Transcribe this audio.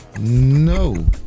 no